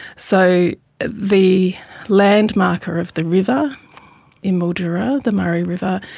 so the landmarker of the river in mildura, the murray river,